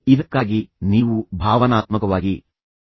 ಇದಕ್ಕಾಗಿ ನೀವು ಭಾವನಾತ್ಮಕವಾಗಿ ಸಮತೋಲನವನ್ನು ಹೊಂದಿರಬೇಕು